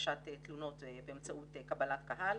בהגשת תלונות באמצעות קבלת קהל.